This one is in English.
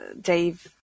Dave